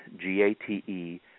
G-A-T-E